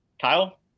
Kyle